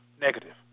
negative